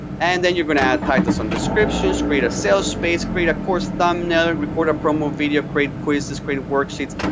and then you're going to add type to some descriptions, create a sales space, create a course thumbnail, record a promo video, create quizzes, create worksheets,